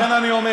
לכן אני אומר,